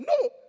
No